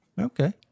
okay